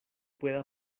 pueda